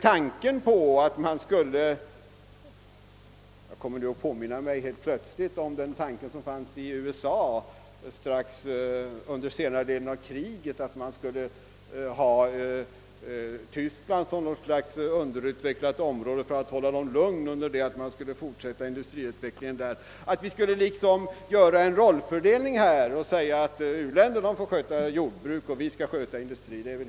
Jag erinrar mig i detta sammanhang helt plötsligt den tanke, som fördes fram i USA under senare delen av andra världskriget, nämligen att Tyskland skulle hållas såsom ett underutvecklat område medan industrin i USA skulle vidareutvecklas. Vi skulle alltså nu göra en sådan rollfördelning att u-länderna skulle stå. för jordbruket och vi andra skulle. svara för : industriproduktionen. Men en sådan tanke är ju helt utesluten. Vi måste få till stånd en ökad industrialisering.